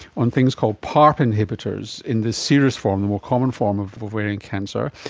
one thing is called parp inhibitors in this serous form, the more common form of ovarian cancer.